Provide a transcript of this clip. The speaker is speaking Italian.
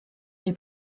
dei